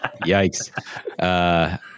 Yikes